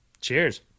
Cheers